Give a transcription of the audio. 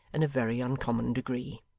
in a very uncommon degree.